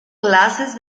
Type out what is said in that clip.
clases